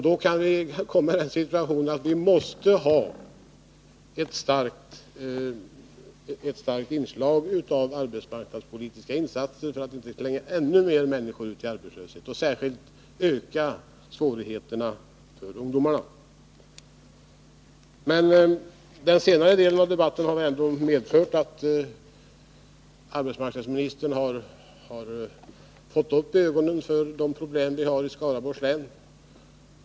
Då kan vi komma i den situationen att vi måste ha ett starkt inslag av arbetsmarknadspolitiska insatser, så att vi inte slänger ut ännu flera människor i arbetslöshet. Särskilt viktigt är det att vi inte ökar svårigheterna för ungdomarna. Den senare delen av debatten har emellertid ändå medfört att arbetsmarknadsministern torde ha fått upp ögonen för de problem vi har i Skaraborgs län.